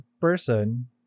person